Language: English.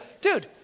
dude